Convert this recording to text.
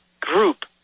group